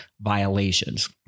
violations